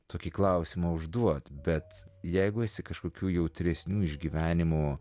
tokį klausimą užduot bet jeigu esi kažkokių jautresnių išgyvenimų